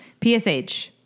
PSH